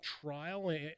trial